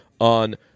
on